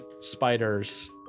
spiders